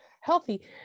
healthy